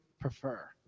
prefer